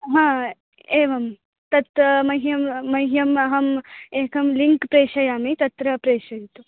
हा एवं तत् मह्यं मह्यम् अहम् एकं लिङ्क् प्रेषयामि तत्र प्रेषयन्तु